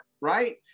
right